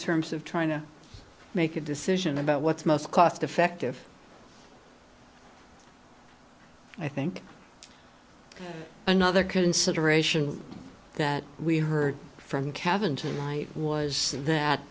terms of trying to make a decision about what's most cost effective i think another consideration that we heard from cabin to night was that